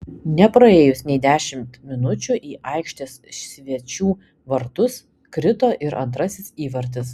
nepraėjus nei dešimt minučių į aikštės svečių vartus krito ir antrasis įvartis